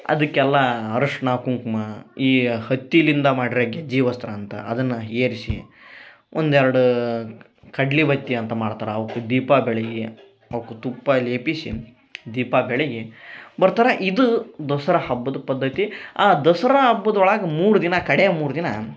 ಅದಕೆಲ್ಲ ಅರಿಶಿಣ ಕುಂಕುಮ ಈ ಹತ್ತಿಲಿಂದ ಮಾಡ್ರೆ ಗೆಜ್ಜಿವಸ್ತ್ರ ಅಂತ ಅದನ್ನ ಏರಿಸಿ ಒಂದೆರಡ ಕಡ್ಲಿಬತ್ತಿ ಅಂತ ಮಾಡ್ತಾರ ಅವುಕ್ಕು ದೀಪ ಬೆಳಗಿ ಅವುಕ್ಕು ತುಪ್ಪ ಲೇಪಿಸಿ ದೀಪ ಬೆಳಗಿ ಬರ್ತಾರ ಇದು ದಸರ ಹಬ್ಬದ ಪದ್ಧತಿ ಆ ದಸರ ಹಬ್ಬದ ಒಳಗೆ ಮೂರು ದಿನ ಕಡೆಯ ಮೂರು ದಿನ